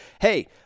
hey